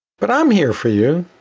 but i'm here for you,